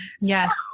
Yes